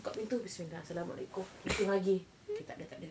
buka pintu bismillah assalamualaikum pusing lagi okay tak ada tak ada